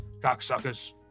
cocksuckers